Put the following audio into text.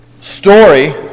story